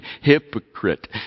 hypocrite